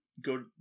Go